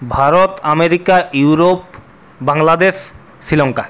Bharat America Europe Bangladesh Sri Lanka